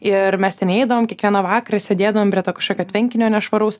ir mes ten eidavom kiekvieną vakarą sėdėdavom prie to kažkokio tvenkinio nešvaraus